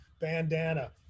bandana